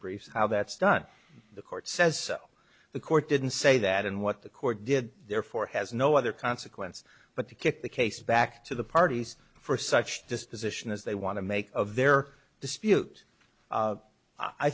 briefs how that's done the court says the court didn't say that and what the court did therefore has no other consequence but to kick the case back to the parties for such just position as they want to make of their dispute